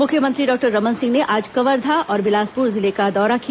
मुख्यमंत्री डॉक्टर रमन सिंह ने आज कवर्धा और बिलासपुर जिले का दौरा किया